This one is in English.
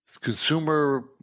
consumer